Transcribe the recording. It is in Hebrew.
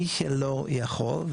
מי שלא יכול,